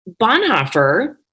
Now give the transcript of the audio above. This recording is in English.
Bonhoeffer